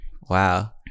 wow